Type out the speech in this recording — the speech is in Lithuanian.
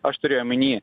aš turiu omeny